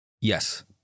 yes